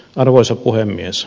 arvoisa puhemies